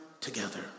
together